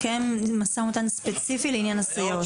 בתוך המשא ומתן מתקיים משא ומתן ספציפי לעניין הסייעות.